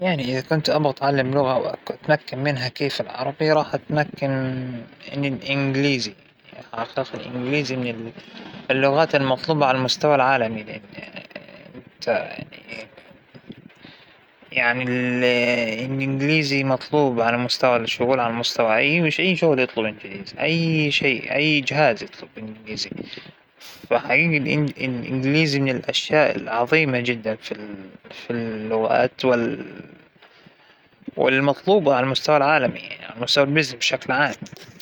أنا أبى أتعلم كل اللغات، لكن اا فى الوقت الحالى أنااا من عشاق إيطاليا، وااا وااا بتمنى أزورها يعنى، وااا أعتقد أن اللغة الإيطالية راح تاخد النصيب الأكبر من أهتمامى، لو ان لو فينى أتعلمها فورا، أعتقد الإيطالية نعم.